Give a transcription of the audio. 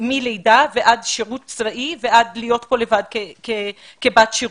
מלידה ועד שירות צבאי ועד להיות פה לבד כבת שירות.